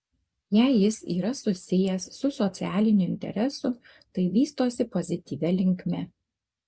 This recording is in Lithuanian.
jei jis yra susijęs su socialiniu interesu tai vystosi pozityvia linkme